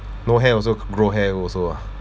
no hair also grow hair also ah